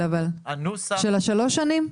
של השלוש שנים?